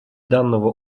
данного